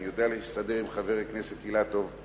אני יודע להסתדר עם חבר הכנסת אילטוב,